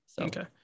Okay